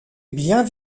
bien